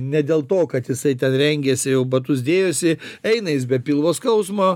ne dėl to kad jisai ten rengėsi jau batus dėjosi eina jis be pilvo skausmo